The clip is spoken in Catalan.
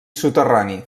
soterrani